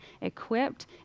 equipped